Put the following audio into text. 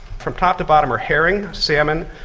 from top to bottom are herring, salmon,